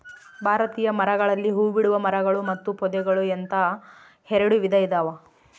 ಭಾರತೀಯ ಮರಗಳಲ್ಲಿ ಹೂಬಿಡುವ ಮರಗಳು ಮತ್ತು ಪೊದೆಗಳು ಅಂತ ಎರೆಡು ವಿಧ ಇದಾವ